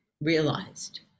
realized